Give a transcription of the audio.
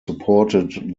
supported